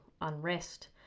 unrest